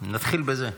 נתחיל בזה.